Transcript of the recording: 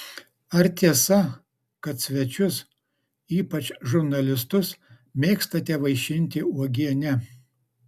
ar tiesa kad svečius ypač žurnalistus mėgstate vaišinti uogiene